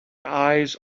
eyes